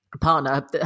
partner